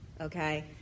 Okay